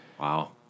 Wow